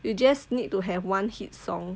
you just need to have one hit song